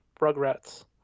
Rugrats